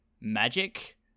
magic